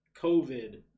COVID